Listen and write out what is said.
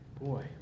Boy